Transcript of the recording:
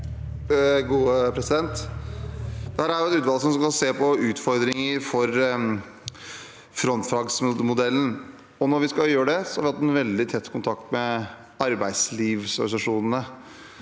Vedum Dette er et utvalg som skal se på utfordringer for frontfagsmodellen. Når vi skal gjøre det, har vi veldig tett kontakt med arbeidslivsorganisasjonene,